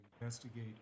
investigate